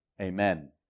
Amen